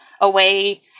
away